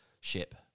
ship